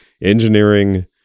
engineering